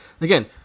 again